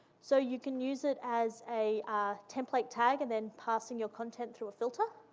so you can use it as a template tag, and then passing your content through a filter.